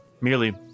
merely